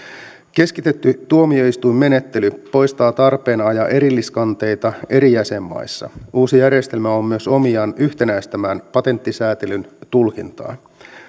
keskitetty tuomioistuinmenettely poistaa tarpeen ajaa erilliskanteita eri jäsenmaissa uusi järjestelmä on myös omiaan yhtenäistämään patenttisäätelyn tulkintaa